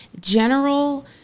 general